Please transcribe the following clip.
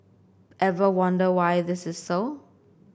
ever wonder why this is so